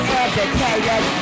educated